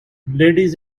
ladies